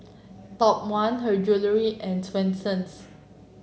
Top One Her Jewellery and Swensens